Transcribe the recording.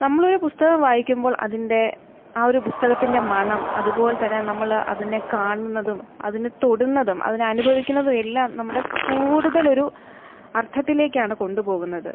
നമ്മളൊരു പുസ്തകം വായിക്കുമ്പോൾ അതിൻ്റെ ആ ഒരു പുസ്തകത്തിൻ്റെ മണം അതുപോലെതന്നെ നമ്മള് അതിനെ കാണുന്നതും അതിനെ തൊടുന്നതും അതിനെ അനുഭവിക്കുന്നതും എല്ലാം നമ്മളുടെ കൂടുതലൊരു അർഥത്തിലേക്കാണ് കൊണ്ടുപോകുന്നത്